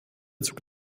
zug